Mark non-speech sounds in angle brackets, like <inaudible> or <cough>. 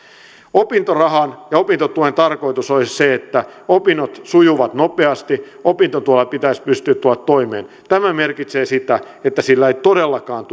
opintorahan ja opintotuen tarkoitus olisi se että opinnot sujuvat nopeasti opintotuella pitäisi pystyä tulemaan toimeen tämä merkitsee sitä että sillä ei todellakaan <unintelligible>